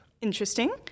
Interesting